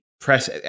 press